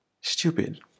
Stupid